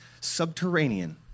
subterranean